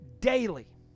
daily